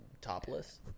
topless